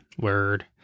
Word